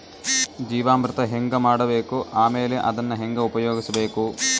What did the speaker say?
ಜೀವಾಮೃತ ಹೆಂಗ ಮಾಡಬೇಕು ಆಮೇಲೆ ಅದನ್ನ ಹೆಂಗ ಉಪಯೋಗಿಸಬೇಕು?